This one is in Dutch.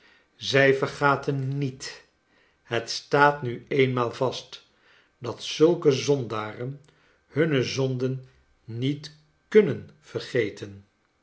zij vergaten niet het staat nu eenmaal vast dat zulke zondaren hunne zonden niet kunnen vergeten